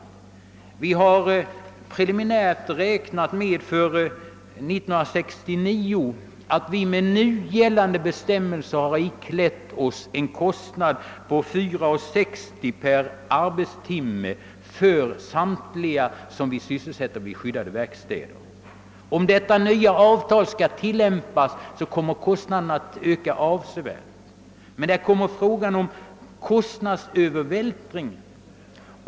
Vi har preliminärt räknat med att vi för år 1969 med nu gällande bestämmelser har iklätt oss en kostnad på 4:60 kronor per arbetstim me för samtliga som vi sysselsätter vid skyddade verkstäder. Om detta nya avtal skall tillämpas, kommer kostnaderna att öka avsevärt. Där kommer frågan om kostnadsövervältringen in.